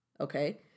okay